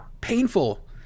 painful